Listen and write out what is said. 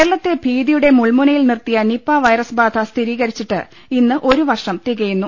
കേരളത്തെ ഭീതിയുടെ മുൾമുനയിൽ നിർത്തിയ നിപ വൈറസ് ബാധ സ്ഥിരീകരിച്ചിട്ട് ഇന്ന് ഒരു വർഷം തികയുന്നു